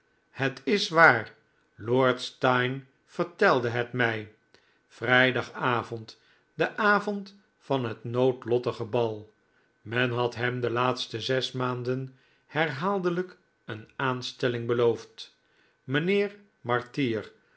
het is waar lord steyne vertelde het mij vrijdagavond den avond van het noodlottige bal men had hem de laatste zes maanden herhaaldelijk een aanstelling beloofd mijnheer